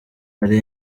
hari